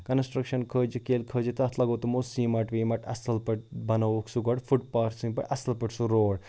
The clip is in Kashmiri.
کَنَسٹرٛکشَن کھٲجِکھ ییٚلہِ کھٲجِکھ تَتھ لَگوو تمو سیٖمَٹ ویٖمَٹ اَصٕل پٲٹھۍ بَنووُکھ سُہ گۄڈٕ فُٹ پاتھ سٕنٛدۍ پٲٹھۍ اَصٕل پٲٹھۍ سُہ روڈ